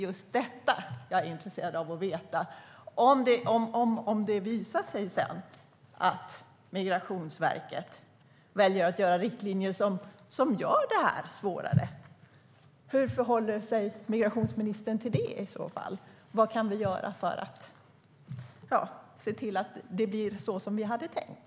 Jag är intresserad av att veta att om det visar sig att Migrationsverket väljer att införa riktlinjer som gör det svårare, hur förhåller sig migrationsministern till det i så fall? Vad kan vi göra för att se till att det blir så som vi hade tänkt?